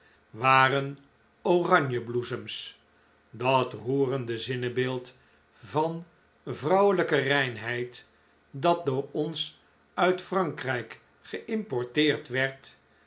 waren oranjebloesems dat roerende zinnebeeld van vrouwelijke reinheid dat door ons uit frankrijk gei'mporteerd werd